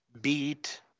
beat